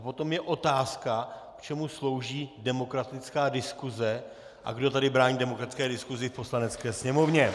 Potom je otázka, k čemu slouží demokratická diskuse a kdo tady brání demokratické diskusi v Poslanecké sněmovně.